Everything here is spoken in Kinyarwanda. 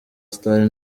stars